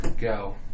Go